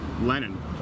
lenin